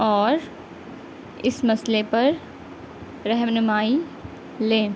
اور اس مسئلے پر رہنمائی لیں